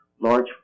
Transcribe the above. large